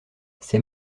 ses